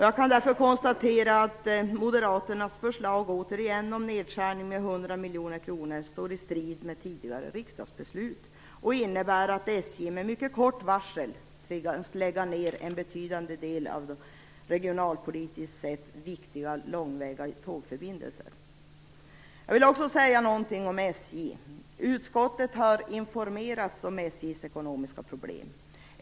Jag kan därför konstatera att Moderaternas förslag till en nedskärning om 100 miljoner kronor står i strid med tidigare riksdagsbeslut och innebär att Jag vill också säga något om SJ. Utskottet har informerats om SJ:s ekonomiska problem.